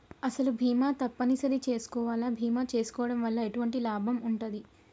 అసలు బీమా తప్పని సరి చేసుకోవాలా? బీమా చేసుకోవడం వల్ల ఎటువంటి లాభం ఉంటది?